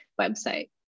website